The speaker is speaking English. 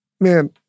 Man